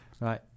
Right